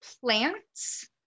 plants